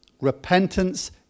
repentance